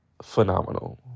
phenomenal